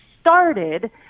started